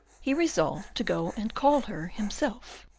he resolved to go and call her himself.